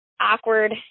awkward